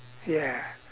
ya